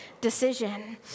decision